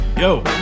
Yo